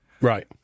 Right